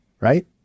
right